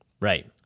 Right